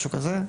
משהו כזה.